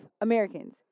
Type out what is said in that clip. Americans